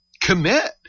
commit